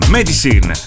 Medicine